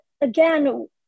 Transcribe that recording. again